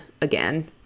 again